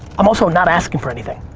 i'm also not asking for anything.